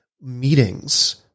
meetings